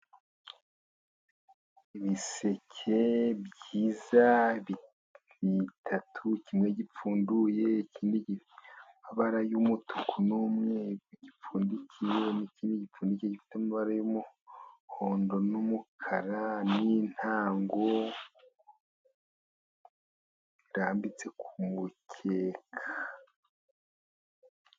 Ibiseke byiza bitatu kimwe gipfunduye, ikindi gifite amabara y'umutuku n'umweru gipfundikiye n'ikindi gipfundikiye gifite amabara y'umuhondo n'umukara, n'intango irambitse ku mukeka.